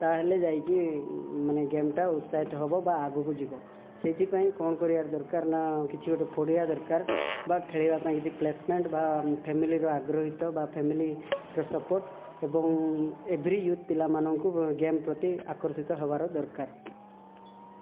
ତାହେଲେ ଯାଇକି ମାନେ ଗେମ୍ଟା ଉତ୍ସାହିତ ହବ ବା ଆଗକୁ ଯିବ ସେଇଥି ପାଇଁ କ'ଣ କରିବାର ଦରକାର ନା କିଛି ଗୋଟେ ପଡ଼ିଆ ଦରକାର ବା ଖେଳିବା ପାଇଁ କିଛି ପ୍ଲେସମେଣ୍ଟ୍ ବା ଫେମିଲିର ଆଗ୍ରହୀତ ବା ଫେମିଲି ର ସପୋର୍ଟ୍ ଏବଂ ଏଭ୍ରି ୟୁଥ୍ ପିଲାମାନଙ୍କୁ ଗେମ୍ ପ୍ରତି ଆକର୍ଷିତ ହେବାର ଦରକାର